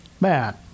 Matt